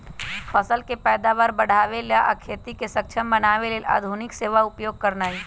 फसल के पैदावार बढ़ाबे लेल आ खेती के सक्षम बनावे लेल आधुनिक सेवा उपयोग करनाइ